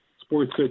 sports